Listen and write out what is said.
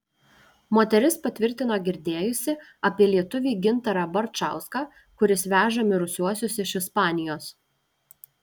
moteris patvirtino girdėjusi apie lietuvį gintarą barčauską kuris veža mirusiuosius iš ispanijos